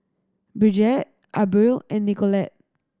Bridgett Abril and Nicolette